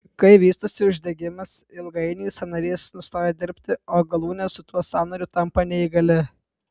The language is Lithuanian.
kai vystosi uždegimas ilgainiui sąnarys nustoja dirbti o galūnė su tuo sąnariu tampa neįgali